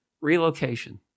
relocation